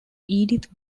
edith